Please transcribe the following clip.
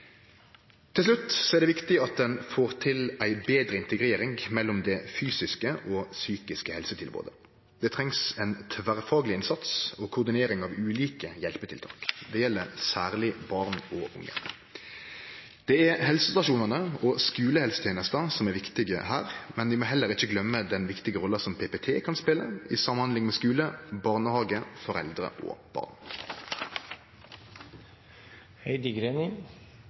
Til slutt er det viktig at ein får til ei betre integrering mellom det fysiske og psykiske helsetilbodet. Vi treng ein tverrfagleg innsats og koordinering av ulike hjelpetiltak. Det gjeld særleg barn og unge. Det er helsestasjonane og skulehelsetenesta som er viktige her, men vi må heller ikkje gløyme den viktige rolla som PPT kan spele i samhandling med skule, barnehage, foreldre og barn.